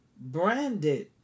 branded